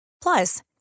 Plus